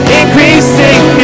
increasing